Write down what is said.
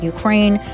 Ukraine